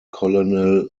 colonel